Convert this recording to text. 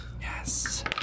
Yes